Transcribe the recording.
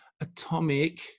Atomic